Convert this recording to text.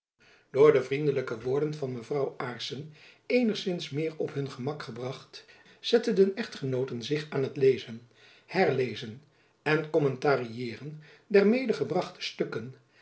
door de vriendelijke woorden van mevrouw aarssen eenigzins meer op hun gemak gebracht zetteden de echtgenooten zich aan t lezen herlezen en kommentarieeren der medegebrachte stukken